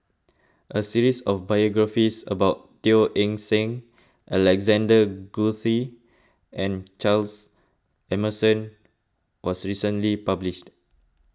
a series of biographies about Teo Eng Seng Alexander Guthrie and Charles Emmerson was recently published